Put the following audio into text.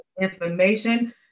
information